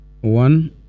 One